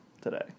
today